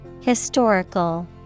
Historical